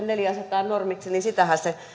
neljään asetetaan normiksi niin sitähän se